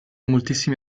moltissimi